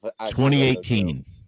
2018